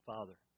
Father